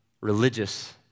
religious